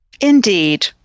Indeed